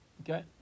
Okay